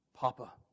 Papa